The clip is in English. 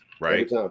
right